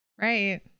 right